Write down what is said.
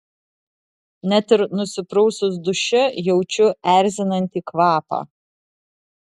net ir nusiprausus duše jaučiu erzinantį kvapą